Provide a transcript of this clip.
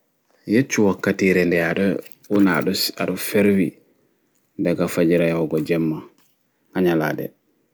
Yeccu wakkatire nɗe aɗo wona aɗo ferwi ɗaga fajira yahugo jemma